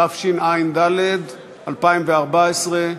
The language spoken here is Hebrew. התשע"ד 2014,